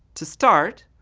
to start,